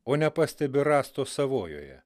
o nepastebi rąsto savojoje